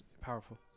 powerful